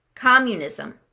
Communism